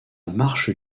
marche